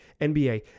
NBA